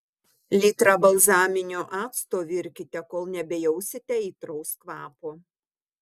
litrą balzaminio acto virkite kol nebejausite aitraus kvapo